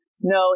No